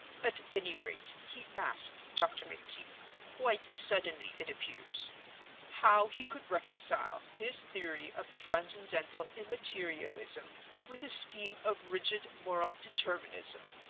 at any rate, he asked dr. mcteague, quite suddenly it appears how he could reconcile his theory of transcendental immaterialism with a scheme of rigid moral determinism.